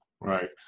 Right